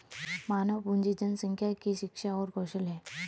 मानव पूंजी जनसंख्या की शिक्षा और कौशल है